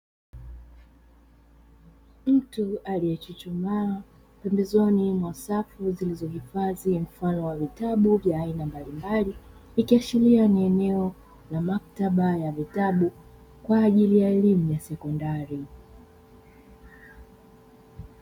Mtu aliyechuchumaa pembezoni mwa safu zilizohifadhi mfano wa vitabu vya aina mbalimbali, ikiashiria ni eneo la maktaba la vitabu kwa ajili ya elimu ya sekondari.